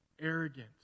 arrogant